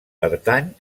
pertany